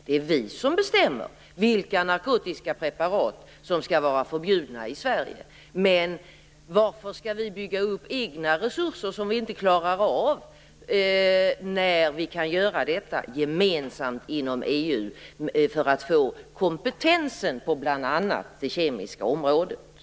Det är vi som bestämmer vilka narkotiska preparat som skall vara förbjudna i Sverige. Men varför skall vi bygga upp egna otillräckliga resurser när vi kan arbeta gemensamt inom EU med detta, bl.a. för att få den kompetens som behövs på det kemiska området?